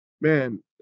man